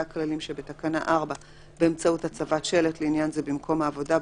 הכללים שבתקנה 4 באמצעות הצבת שלט לעניין זה במקום העבודה,